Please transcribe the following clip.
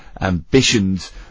ambitions